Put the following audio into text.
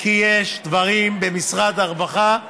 כי יש דברים במשרד הרווחה,